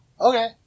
Okay